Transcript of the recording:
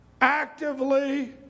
actively